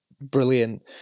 brilliant